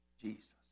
Jesus